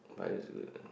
bio is good